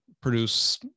produce